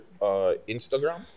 Instagram